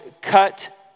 cut